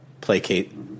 placate